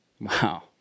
wow